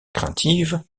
craintive